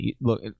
look